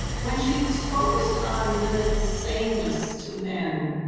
when she was focused on women's sameness to men,